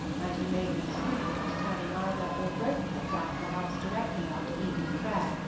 and he made no scruple at turning either or both of us out of the house directly after evening prayer,